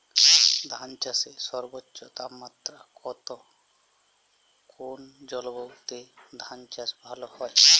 ধান চাষে সর্বোচ্চ তাপমাত্রা কত কোন জলবায়ুতে ধান চাষ ভালো হয়?